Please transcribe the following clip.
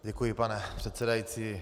Děkuji, pane předsedající.